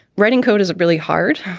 writing code is really hard,